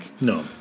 No